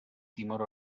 timor